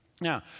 Now